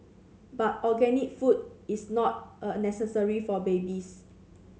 but organic food is not a necessary for babies